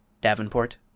Davenport